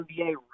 NBA